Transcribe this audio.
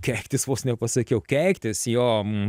keiktis vos nepasakiau keiktis jo